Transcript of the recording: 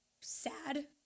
sad